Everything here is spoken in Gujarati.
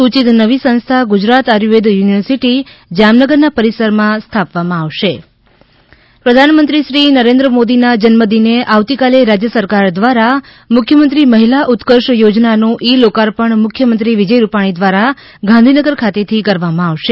સૂચિત નવી સંસ્થા ગુજરાત આયુર્વેદ યુનિવર્સિટી જામનગરના પરિસરમાં સ્થાપવામાં આવશે મુખ્યમંત્રી મહિલા ઉત્કર્ષ યોજના પ્રધાનમંત્રીશ્રી નરેન્દ્ર મોદીના જન્મ દિને આવતીકાલે રાજય સરકાર દ્વારા મુખ્યમંત્રી મહિલા ઉત્કર્ષ યોજનાનું ઇ લોકાર્પણ મુખ્યમંત્રી વિજય રૂપાણી દ્વારા ગાંધીનગર ખાતેથી કરવામાં આવશે